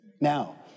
Now